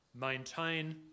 maintain